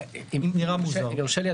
אם יורשה לי,